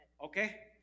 Okay